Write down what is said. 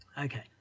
Okay